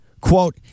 Quote